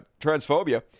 transphobia